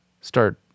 start